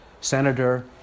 senator